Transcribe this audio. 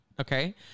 okay